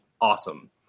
awesome